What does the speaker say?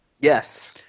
Yes